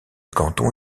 canton